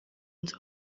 nzu